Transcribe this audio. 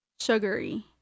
sugary